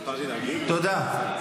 תודה.